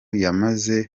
yamaze